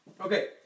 okay